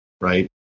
Right